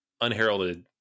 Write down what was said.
unheralded